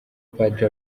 padiri